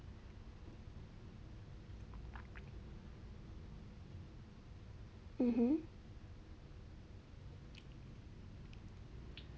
mmhmm